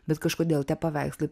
bet kažkodėl tie paveikslai